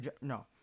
No